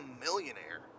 millionaire